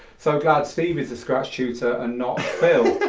so glad steve is the scratch tutor and not phil.